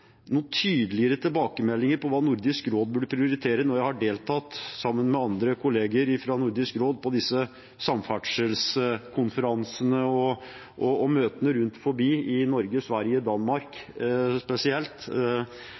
tilbakemeldinger på hva Nordisk råd burde prioritere. Når jeg har deltatt sammen med andre kollegaer fra Nordisk råd på disse samferdselskonferansene og møtene rundt omkring i spesielt Norge, Sverige